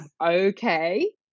okay